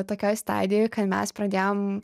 tokioj stadijoj kad mes pradėjom